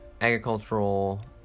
agricultural